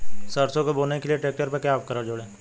सरसों को बोने के लिये ट्रैक्टर पर क्या उपकरण जोड़ें?